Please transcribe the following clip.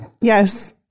Yes